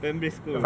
primary school